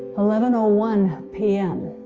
eleven ah one p m,